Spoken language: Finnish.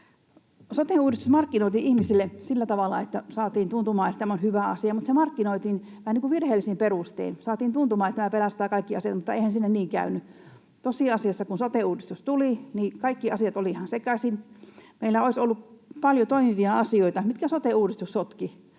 Sote-uudistus markkinoitiin ihmisille sillä tavalla, että saatiin tuntumaan, että tämä on hyvä asia, mutta se markkinoitiin vähän niin kuin virheellisin perustein. Saatiin tuntumaan, että tämä pelastaa kaikki asiat, mutta eihän siinä niin käynyt. Tosiasiassa, kun sote-uudistus tuli, kaikki asiat olivat ihan sekaisin. Meillä olisi ollut paljon toimivia asioita, mitkä sote-uudistus sotki,